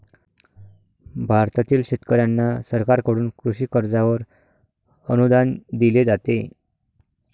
भारतातील शेतकऱ्यांना सरकारकडून कृषी कर्जावर अनुदान दिले जाते